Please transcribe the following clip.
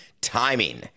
Timing